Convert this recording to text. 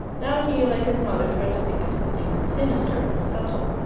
now he, like his mother, tried to think of something sinister and subtle.